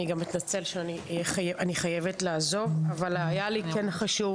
אני גם אתנצל שאני חייבת לעזוב אבל היה לי כן חשוב